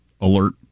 alert